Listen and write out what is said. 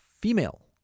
female